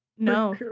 no